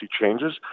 changes